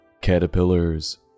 caterpillars